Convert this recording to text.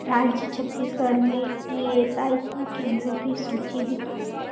राज्य छत्तीसगढ़ में E S I C केंद्रों की सूची दिखाएँ